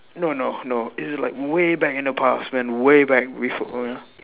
no no no it's like way back in the past man way back with